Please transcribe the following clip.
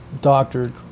doctored